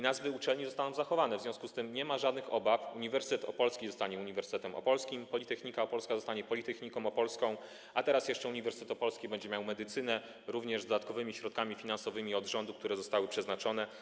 Nazwy uczelni zostaną zachowane, w związku z tym nie ma żadnych obaw, Uniwersytet Opolski zostanie Uniwersytetem Opolskim, Politechnika Opolska zostanie Politechniką Opolską, a teraz jeszcze Uniwersytet Opolski będzie miał medycynę z dodatkowymi środkami finansowymi od rządu, które zostały przeznaczone.